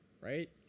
right